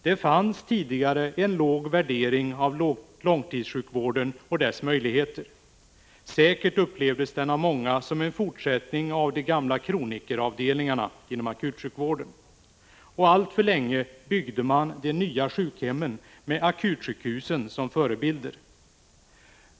Det fanns tidigare en låg värdering av långtidssjukvården och dess möjligheter. Säkert upplevdes den av många som en fortsättning av de gamla kronikeravdelningarna inom akutsjukvården. Alltför länge byggde man de nya sjukhemmen med akutsjukhusen som förebilder.